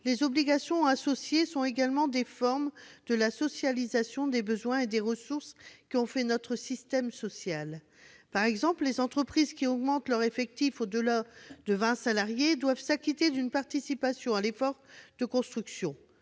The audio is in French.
les obligations associées sont également des formes de la socialisation des besoins et des ressources qui a fait notre système social. Par exemple, les entreprises qui augmentent leur effectif au-delà de 20 salariés doivent s'acquitter d'une participation à l'effort de construction